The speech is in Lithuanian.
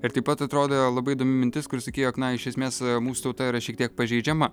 ir taip pat atrodo labai įdomi mintis kuri sakei jog na iš esmės mūsų tauta yra šiek tiek pažeidžiama